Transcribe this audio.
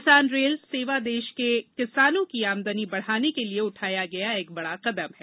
किसान रेल सेवा देश के किसानों की आमदनी बढ़ाने के लिए उठाया गया एक बड़ा कदम है